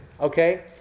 okay